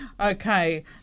Okay